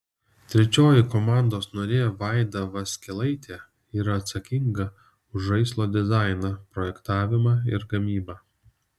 trečioji komandos narė vaida vaskelaitė yra atsakinga už žaislo dizainą projektavimą ir gamybą